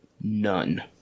None